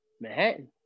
Manhattan